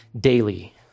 daily